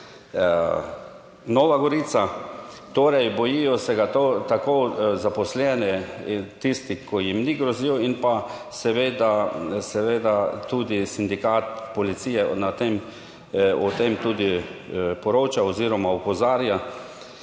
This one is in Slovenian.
Nova Gorica. Torej, bojijo se ga tako zaposleni, tisti ki jim ni grozil in pa seveda, seveda tudi Sindikat policije o tem tudi poroča oziroma opozarja.